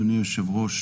אדוני היושב-ראש,